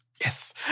Yes